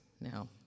now